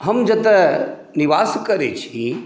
हम जतय निवास करैत छी